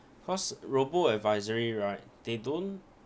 plus robo advisory right they don't